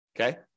okay